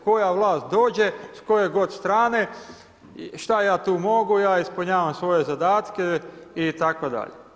Koja vlast dođe s koje god strane, šta ja tu mogu, ja ispunjavam svoje zadatke itd.